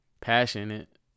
passionate